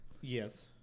Yes